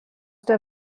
der